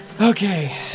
Okay